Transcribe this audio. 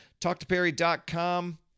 TalkToPerry.com